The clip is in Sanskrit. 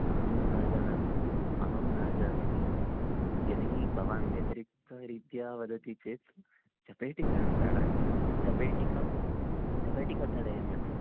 अहं न जानामि अहं न जानामि यदि भवान् व्यतिरिक्तरीत्या वदति चेत् चपेटिकां ताडयामि चपेटिकां चपेटिका ताडयामि अहम्